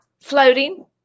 floating